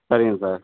சரிங்க சார்